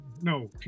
no